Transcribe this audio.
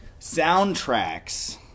soundtracks